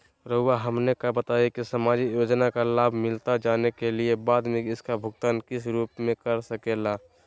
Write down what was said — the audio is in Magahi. रहुआ हमने का बताएं की समाजिक योजना का लाभ मिलता जाने के बाद हमें इसका भुगतान किस रूप में कर सके ला?